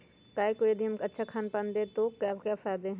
गाय को यदि हम अच्छा खानपान दें तो क्या फायदे हैं?